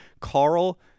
carl